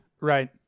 Right